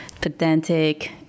pedantic